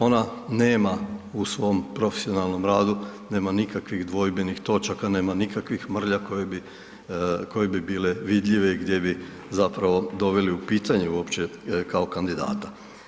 Ona nema u svom profesionalnom radu, nema nikakvih dvojbenih točaka, nema nikakvih mrlja koje bi bile vidljive gdje bi je doveli u pitanje uopće kao kandidata.